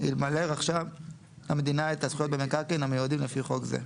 אלמלא רכשה המדינה את הזכויות במקרקעין המיועדים לפי חוק זה,